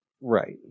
Right